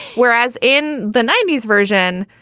whereas in the ninety s version,